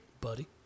Buddy